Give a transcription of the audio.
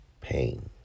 pain